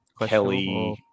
Kelly